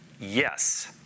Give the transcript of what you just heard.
Yes